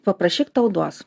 paprašyk tau duos